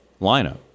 lineup